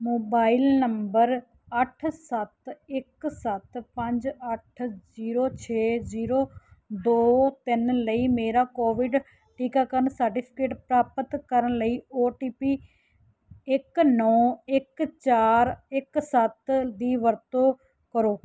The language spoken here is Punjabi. ਮੋਬਾਈਲ ਨੰਬਰ ਅੱਠ ਸੱਤ ਇੱਕ ਸੱਤ ਪੰਜ ਅੱਠ ਜ਼ੀਰੋ ਛੇ ਜ਼ੀਰੋ ਦੋ ਤਿੰਨ ਲਈ ਮੇਰਾ ਕੋਵਿਡ ਟੀਕਾਕਰਨ ਸਰਟੀਫਿਕੇਟ ਪ੍ਰਾਪਤ ਕਰਨ ਲਈ ਓ ਟੀ ਪੀ ਇੱਕ ਨੌ ਇੱਕ ਚਾਰ ਇੱਕ ਸੱਤ ਦੀ ਵਰਤੋਂ ਕਰੋ